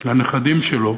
לנכדים שלו,